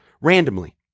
randomly